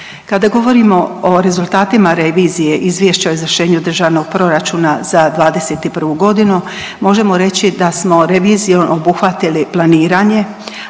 Kada govorimo o rezultatima revizije Izvješća o izvršenju Državnog proračuna za '21. g. možemo reći da smo revizijom obuhvatili planiranje,